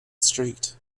street